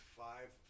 five